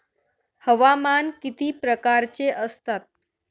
हवामान किती प्रकारचे असतात?